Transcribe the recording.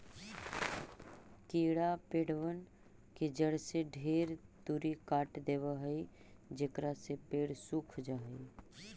कीड़ा पेड़बन के जड़ के ढेर तुरी काट देबा हई जेकरा से पेड़ सूख जा हई